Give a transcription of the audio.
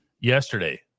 yesterday